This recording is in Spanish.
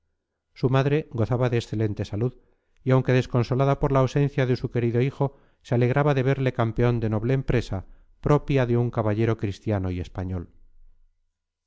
su madre gozaba de excelente salud y aunque desconsolada por la ausencia de su querido hijo se alegraba de verle campeón de noble empresa propia de un caballero cristiano y español